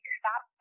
stop